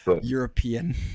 European